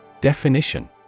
Definition